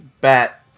Bat